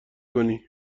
کنی